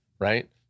right